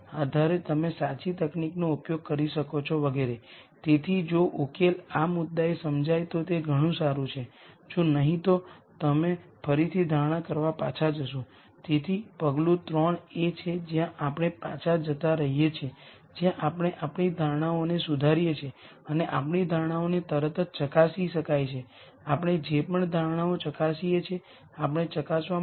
અને છેલ્લી સ્લાઈડમાં જ્યારે આપણે કનેક્શન્સની ચર્ચા કરી રહ્યા હતા ત્યારે અમે દાવો કરીએ છીએ કે આ બે આઇગન વેક્ટર કોલમ સ્પેસ માં હશે અથવા બીજા શબ્દોમાં આપણે જે દાવો કરી રહ્યા છીએ તે છે કે આ ત્રણ કોલમ ફક્ત આ બેના લિનયર કોમ્બિનેશન તરીકે લખી શકાય છે અને જ્યારે આપણે A ટાઈમ્સ V1 કરીયે આ 0 બનશે